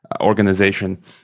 organization